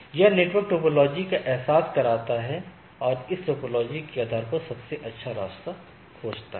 यह network topology का एहसास करता है और इस टोपोलॉजी के आधार पर सबसे अच्छा रास्ता खोजता है